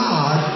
God